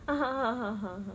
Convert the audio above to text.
(uh huh) (uh huh)